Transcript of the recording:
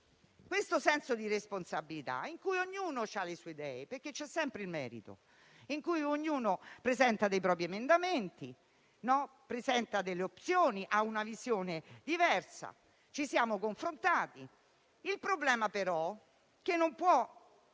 questo senso di responsabilità, in cui ognuno ha le sue idee - perché c'è sempre il merito - in cui ognuno presenta i propri emendamenti e delle opzioni, avendo una visione diversa, ci siamo confrontati. Il problema però è che non può